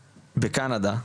בקנדה,